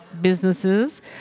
businesses